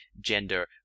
gender